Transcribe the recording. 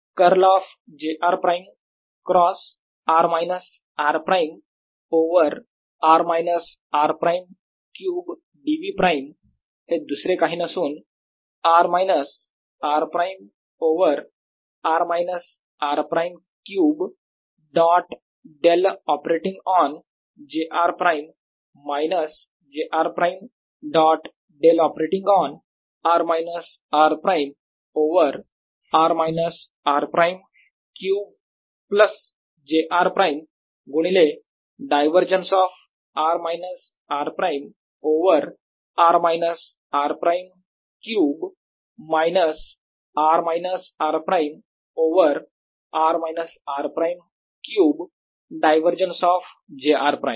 curl of j r prime cross r minus r prime over r minus r prime cube dv prime हे दुसरे काही नसून r minus r prime over r minus r prime cube dot del operating on j r prime minus j r prime dot del operating on r minus r prime over r minus r prime cube plus j r prime गुणिले divergence of r minus r prime over r minus r prime cube minus r minus r prime over r minus r prime cube divergence of j r prime